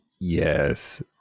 yes